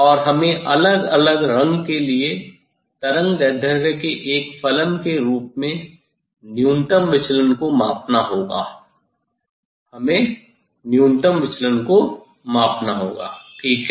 और हमें अलग अलग रंग के लिए तरंगदैर्ध्य के एक फलन के रूप में न्यूनतम विचलन को मापना होगा हमें न्यूनतम विचलन को मापना होगा ठीक है